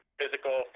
physical